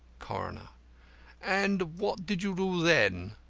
coroner and what did you do then?